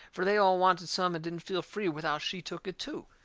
for they all wanted some and didn't feel free without she took it too.